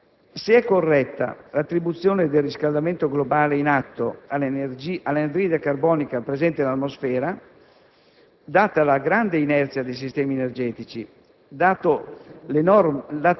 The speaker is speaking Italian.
di evoluzione piuttosto lenti. Se è corretta l'attribuzione del riscaldamento globale in atto all'anidride carbonica presente nell'atmosfera,